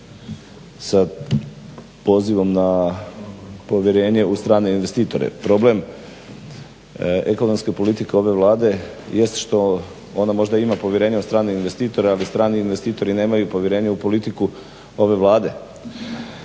sa pozivom na povjerenje u strane investitore. Problem ekonomske politike ove Vlade jest što ona možda ima povjerenje u strane investitore, ali strani investitori nemaju povjerenje u politiku ove Vlade.